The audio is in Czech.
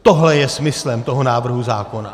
Tohle je smyslem toho návrhu zákona.